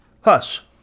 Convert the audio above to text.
Hush